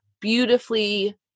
beautifully